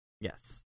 Yes